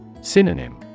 Synonym